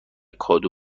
کادو